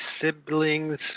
siblings